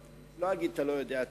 אני לא אגיד שאתה לא יודע,